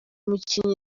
mukinnyi